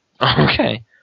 Okay